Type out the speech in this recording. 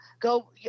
go